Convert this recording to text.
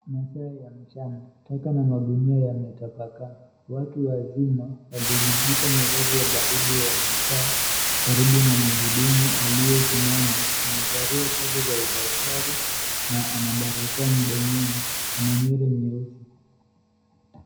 Masaa ya mchana, taka na magunia yametapakaa. Watu wazima, waliojivika mavazi ya baridi wamekaa karibu na muhudumu aliyesimama. Amevalia sare za udaktari na ana barakoa mdomoni. Ana nywele nyeusi.